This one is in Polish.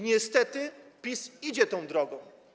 Niestety PiS idzie tą drogą.